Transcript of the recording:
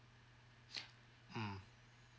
mm